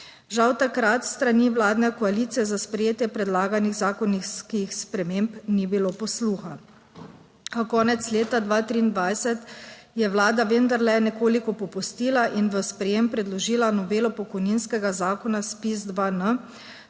Žal, takrat s strani vladne koalicije za sprejetje predlaganih zakonskih sprememb ni bilo posluha. Konec leta 2023 je Vlada vendarle nekoliko popustila in v sprejetje predložila novelo pokojninskega zakona, ZPIZ-2,